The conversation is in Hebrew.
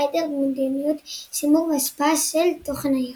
העדר מדיניות שימור והשפעות של תכנון העיר".